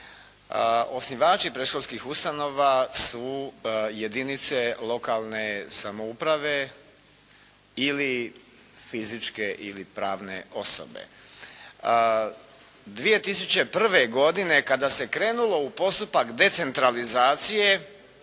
osnivači predškolskih ustanova su jedinice lokalne samouprave ili fizičke ili pravne osobe. 2001. godine kada se krenulo u postupak decentralizacije